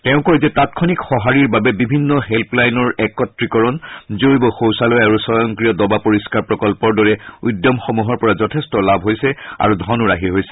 তেওঁ কয় যে তাৎক্ষণিক সঁহাৰিৰ বাবে বিভিন্ন হেল্পলৈাইনৰ একত্ৰীকৰণ জৈৱ শৌচালয় আৰু স্বয়ংক্ৰিয় ডবা পৰিষ্ণাৰ প্ৰকল্পৰ দৰে উদ্যমসমূহৰ পৰা যথেষ্ট লাভ হৈছে আৰু ধনো ৰাহি হৈছে